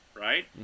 right